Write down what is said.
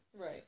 Right